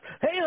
Hey